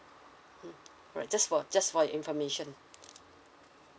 hmm uh just for just for your information